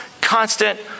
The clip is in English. constant